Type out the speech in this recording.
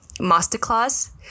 masterclass